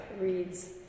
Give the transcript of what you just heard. reads